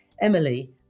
Emily